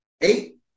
eight